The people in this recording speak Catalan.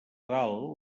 dalt